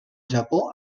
japó